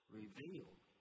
revealed